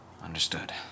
Understood